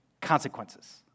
consequences